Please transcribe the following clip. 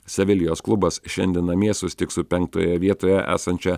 sevilijos klubas šiandien namie susitiks su penktoje vietoje esančia